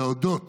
להודות